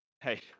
hey